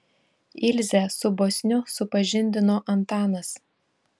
ilzę su bosniu supažindino antanas